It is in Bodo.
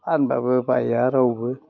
फानब्लाबो बाया रावबो